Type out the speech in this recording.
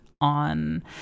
on